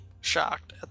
shocked